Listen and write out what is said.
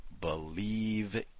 believe